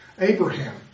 Abraham